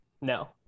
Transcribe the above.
No